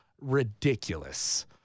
ridiculous